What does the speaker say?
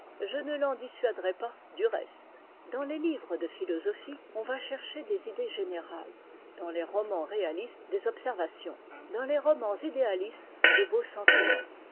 je ne l'en dissuaderai pas du reste dans les livres de philosophie on va chercher des idées générales dans les romans réalistes des observations dans les romans idéalistes de beaux sentiments